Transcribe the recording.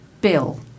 Bill